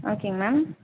ஓகேங்க மேம்